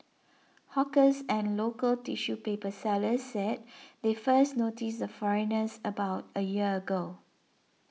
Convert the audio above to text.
hawkers and local tissue paper sellers said they first noticed the foreigners about a year ago